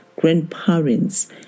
grandparents